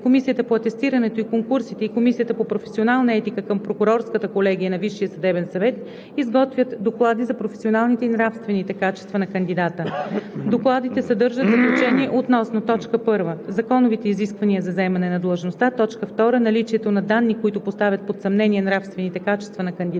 Комисията по атестирането и конкурсите и Комисията по професионална етика към прокурорската колегия на Висшия съдебен съвет изготвят доклади за професионалните и нравствените качества на кандидатите. Докладите съдържат заключение относно: 1. законовите изисквания за заемане на длъжността; 2. наличието на данни, които поставят под съмнение нравствените качества на кандидата,